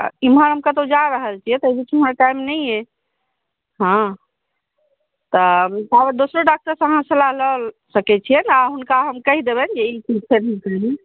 हँ तऽ एम्हर हम कतहुँ जा रहल छिऐ तऽ बीचमे हमरा टाइम नही यऽहँ ताबत दोसर डॉक्टरसँ अहाँ सलाह लए सकैत छिऐ ने आ हुनका हम कहि देबनि जे